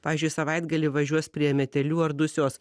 pavyzdžiui savaitgalį važiuos prie metelių ar dusios